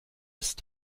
ist